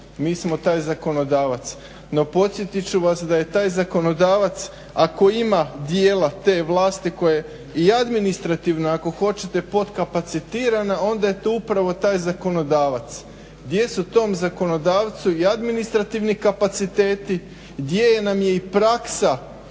Mi smo taj zakonodavac. No, podsjetit ću vas da taj zakonodavac ako ima dijela te vlasti koja je i administrativno ako hoćete podkapacitirana onda je to upravo taj zakonodavac. Gdje su tom zakonodavcu i administrativni kapaciteti, gdje nam je i praksa